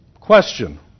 Question